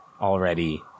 already